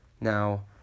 Now